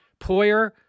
Poyer